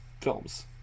films